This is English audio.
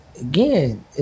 again